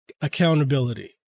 accountability